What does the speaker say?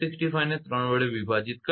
65 ને 3 વડે વિભાજિત કરતા 0